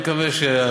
אני מקווה,